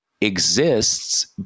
exists